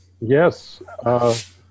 Yes